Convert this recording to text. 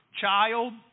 child